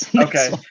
Okay